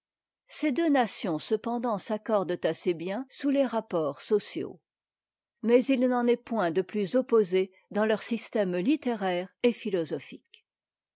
ces deux nations cependant s'accordent assez bien sous les rapports sociaux mais il n'en est point de plus opposées dans leur système littéraire et philosophique